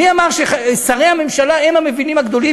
מי אמר ששרי הממשלה הם המבינים הגדולים